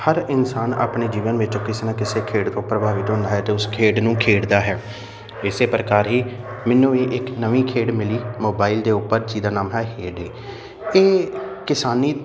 ਹਰ ਇਨਸਾਨ ਆਪਣੇ ਜੀਵਨ ਵਿੱਚ ਕਿਸੇ ਨਾ ਕਿਸੇ ਖੇਡ ਤੋਂ ਪ੍ਰਭਾਵਿਤ ਹੁੰਦਾ ਹੈ ਅਤੇ ਉਸ ਖੇਡ ਨੂੰ ਖੇਡਦਾ ਹੈ ਇਸੇ ਪ੍ਰਕਾਰ ਹੀ ਮੈਨੂੰ ਵੀ ਇੱਕ ਨਵੀਂ ਖੇਡ ਮਿਲੀ ਮੋਬਾਈਲ ਦੇ ਉੱਪਰ ਜਿਹਦਾ ਨਾਮ ਹੈ ਹੇਡੇ ਇਹ ਕਿਸਾਨੀ